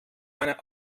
meiner